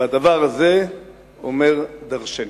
והדבר הזה אומר דורשני.